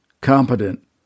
competent